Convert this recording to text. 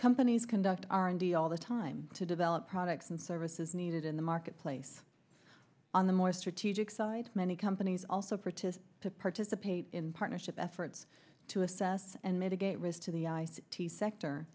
companies conduct r and d all the time to develop products and services needed in the marketplace on the more strategic side many companies also for to participate in partnership efforts to assess and mitigate risk to the i t sector